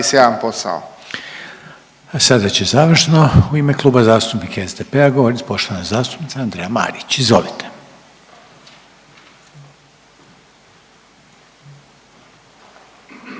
(HDZ)** Sada će završno u ime Kluba zastupnika SDP-a govorit poštovana zastupnica Andreja Marić, izvolite.